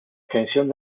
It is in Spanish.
extensión